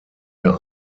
der